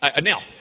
Now